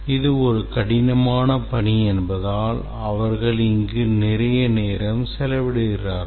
இது ஒரு கடினமான பணி என்பதால் அவர்கள் இங்கு நிறைய நேரம் செலவிடுகிறார்கள்